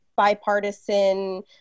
bipartisan